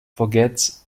forgets